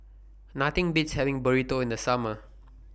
Nothing Beats having Burrito in The Summer